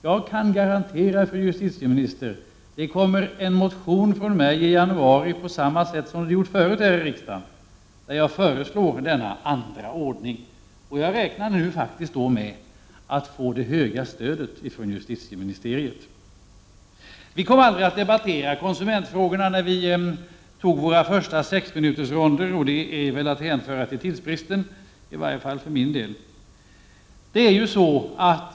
Jag kan garantera, fru justitieminister, att jag kommer att väcka en motion i januari, på samma sätt som jag har gjort tidigare, där jag föreslår denna andra ordning. Jag räknar faktiskt med att jag då får det höga stödet från justitieministeriet. Vi tog aldrig upp konsumentfrågorna under den första debattrundan här i dag, vilket väl får hänföras till tidsbrist, åtminstone för min del.